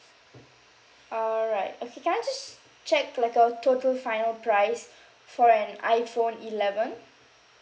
all right okay can I just check like a total final price for an iphone eleven